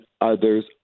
others